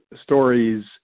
stories